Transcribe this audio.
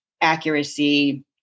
accuracy